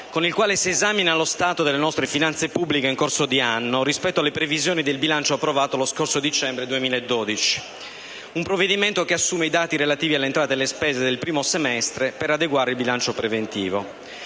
con il quale si esamina lo stato delle nostre finanze pubbliche in corso di anno rispetto alle previsioni del bilancio approvato lo scorso dicembre 2012; un provvedimento che assume i dati relativi alle entrate e alle spese del primo semestre per adeguare il bilancio preventivo.